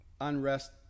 unrest